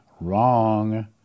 Wrong